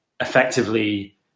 effectively